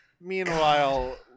meanwhile